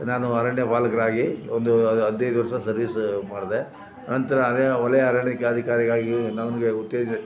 ನಾನು ಅರಣ್ಯ ಪಾಲಕನಾಗಿ ಒಂದು ಹದಿನೈದು ವರ್ಷ ಸರ್ವೀಸ್ಸು ಮಾಡಿದೆ ನಂತರ ಅರಣ್ಯ ವಲಯ ಅರಣ್ಯಕಾ ಅಧಿಕಾರಿಯಾಗಿಯೂ ನನಗೆ ಉತ್ತೇಜ